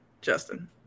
Justin